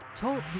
Talk